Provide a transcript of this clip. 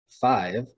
Five